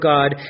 God